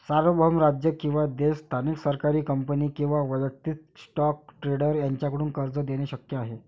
सार्वभौम राज्य किंवा देश स्थानिक सरकारी कंपनी किंवा वैयक्तिक स्टॉक ट्रेडर यांच्याकडून कर्ज देणे शक्य आहे